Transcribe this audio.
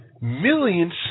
millions